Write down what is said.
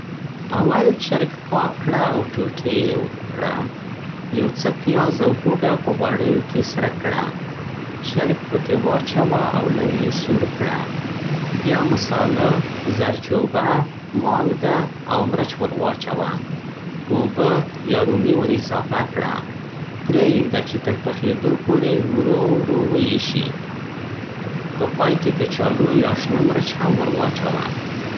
اول چرګ پاک کړه او ټوټې یې کړه. یو څه پیاز او هوږه په غوړيو کې سره کړه. چرګ پکې واچوه او لږ يې سور کړه. بیا مساله، زرچوبه، مالګه، او مرچ ور واچوه. اوبه یا رومي ور اضافه کړه. پرې يې ږده چې تر پخېدو پورې ورو ورو واېشي. په پای کې کچالو یا شنه مرچ هم ور واچوه.